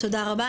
תודה רבה.